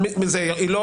הם לא